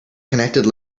connected